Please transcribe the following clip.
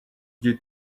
due